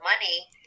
money